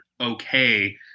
okay